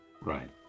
right